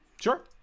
Sure